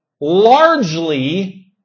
largely